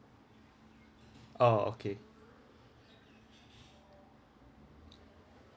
orh okay